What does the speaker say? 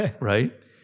right